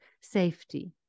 safety